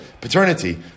Paternity